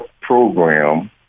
program